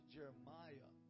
Jeremiah